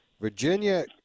Virginia